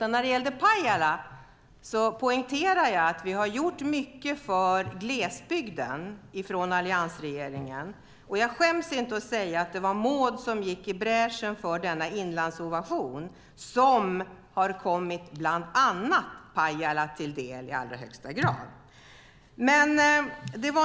När det gällde Pajala poängterade jag att alliansregeringen har gjort mycket för glesbygden. Jag skäms inte att säga att det var Maud som gick i bräschen för Inlandsinnovation, som har kommit bland annat Pajala till del i allra högsta grad.